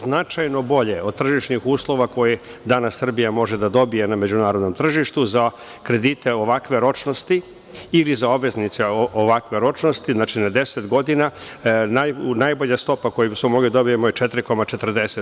Značajno je bolje 2,25% od tržišnih uslova koje danas Srbija može da dobije na međunarodnom tržištu za kredite ovakve ročnosti ili za obveznice ovakve ročnosti, znači, na 10 godina najbolja stopa koju smo mogli da dobijemo je 4,40%